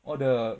all the